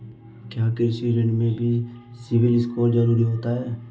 क्या कृषि ऋण में भी सिबिल स्कोर जरूरी होता है?